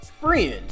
friends